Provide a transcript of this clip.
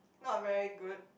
not very good